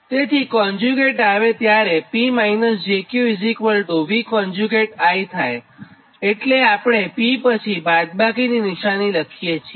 તેથીકોન્જ્યુગેટ આવે ત્યારે P j Q VI થાયએટલે આપણે P પછી બાદબાકી ની નિશાની લખીએ છીએ